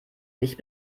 nicht